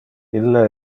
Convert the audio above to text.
ille